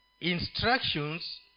instructions